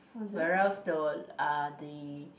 where else the uh the